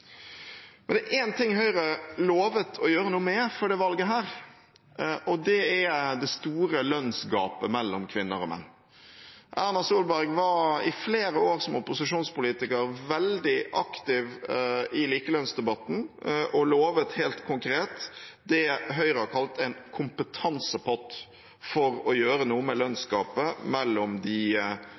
Det er én ting Høyre lovet å gjøre noe med før dette valget, og det er det store lønnsgapet mellom kvinner og menn. Erna Solberg var i flere år som opposisjonspolitiker veldig aktiv i likelønnsdebatten og lovet helt konkret det Høyre har kalt en kompetansepott, for å gjøre noe med lønnsgapet mellom de